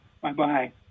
Bye-bye